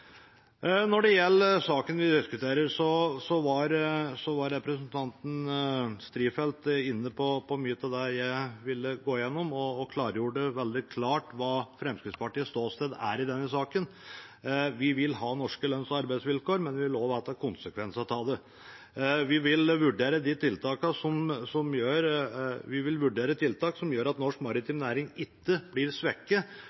Når det gjelder saken vi diskuterer, var representanten Strifeldt inne på mye av det jeg ville gå gjennom, og han gjorde det veldig klart hva Fremskrittspartiets ståsted er i denne saken. Vi vil ha norske lønns- og arbeidsvilkår, men det vil også bli konsekvenser. Vi vil vurdere tiltak som gjør at norsk